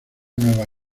nueva